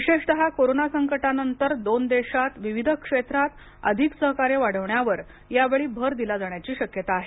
विशेषतः कोरोना संकटानंतर दोन देशात विविध क्षेत्रात अधिक सहकार्य वाढवण्यावर यावेळी भर दिला जाण्याची शक्यता आहे